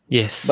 Yes